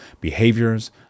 behaviors